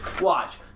Watch